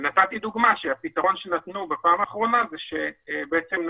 נתתי דוגמה שהפתרון שנתנו בפעם האחרונה הוא שעשו